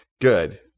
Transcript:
good